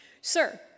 sir